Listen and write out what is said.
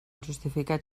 justificat